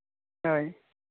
ᱦᱳᱭ